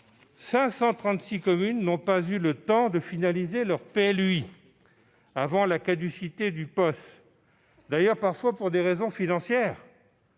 536 communes n'ont pas eu le temps de finaliser leur PLUi avant la caducité du POS. Cela s'explique parfois par des raisons financières